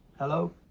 hello?